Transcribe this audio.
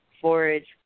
forage